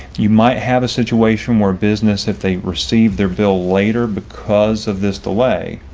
you might have a situation where a business if they receive their bill later because of this delay,